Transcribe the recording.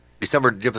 December